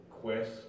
quest